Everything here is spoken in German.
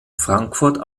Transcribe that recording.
frankfurt